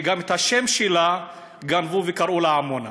שגם את השם שלה גנבו וקראו לה עמונה.